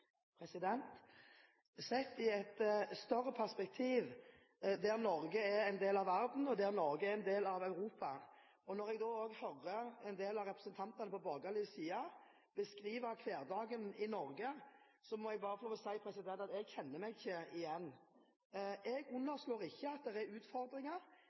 en del av Europa, og når jeg hører en del av representantene på borgerlig side beskrive hverdagen i Norge, må jeg bare si at jeg ikke kjenner meg igjen. Jeg underslår ikke at det er utfordringer.